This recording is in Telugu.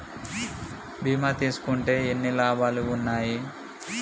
బీమా తీసుకుంటే ఎన్ని లాభాలు ఉన్నాయి?